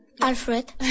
Alfred